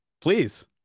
Please